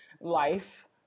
life